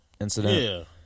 incident